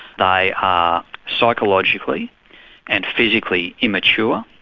they are psychologically and physically immature,